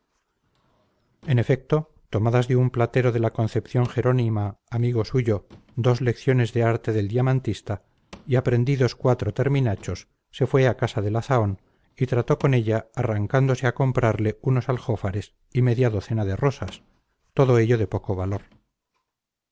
en efecto tomadas de un platero de la concepción jerónima amigo suyo dos lecciones de arte del diamantista y aprendidos cuatro terminachos se fue a casa de la zahón y trató con ella arrancándose a comprarle unos aljófares y media docena de rosas todo ello de poco valor